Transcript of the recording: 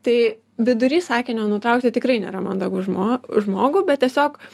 tai vidury sakinio nutraukti tikrai nėra mandagu žmo žmogų bet tiesiog